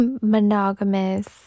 monogamous